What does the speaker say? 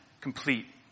complete